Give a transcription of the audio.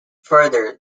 further